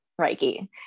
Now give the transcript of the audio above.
Reiki